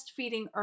breastfeeding